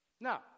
Now